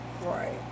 Right